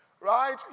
right